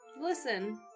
listen